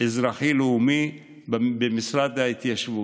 אזרחי-לאומי במשרד ההתיישבות.